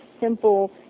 simple